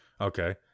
Okay